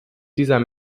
dieser